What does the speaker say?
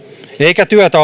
eikä työtä